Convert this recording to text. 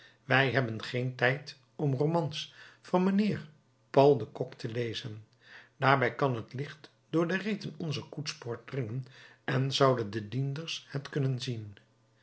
wij hebben geen tijd om romans van mijnheer paul de kock te lezen daarbij kan het licht door de reten onzer koetspoort dringen en zouden de dienders het kunnen zien